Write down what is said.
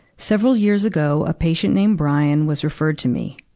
several years ago, a patient named brian was referred to me.